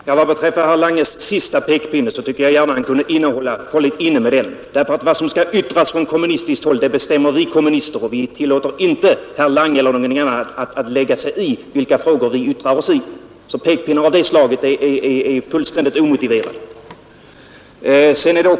Fru talman! Vad herr Langes senaste pekpinne beträffar tycker jag att han kunde ha hållit inne med den, därför att vad som skall yttras från kommunistiskt håll bestämmer vi kommunister själva. Vi tillåter inte herr Lange eller någon annan att lägga sig i vilka frågor vi yttrar oss i. Pek pinnar av det slaget är helt omotiverade.